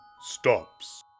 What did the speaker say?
stops